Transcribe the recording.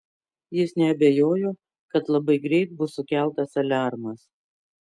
jis neabejojo kad labai greit bus sukeltas aliarmas